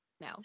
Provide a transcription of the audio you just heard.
No